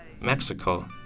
Mexico